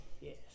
Yes